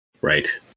Right